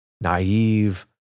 naive